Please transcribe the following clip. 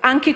caso